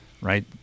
right